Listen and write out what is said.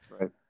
Right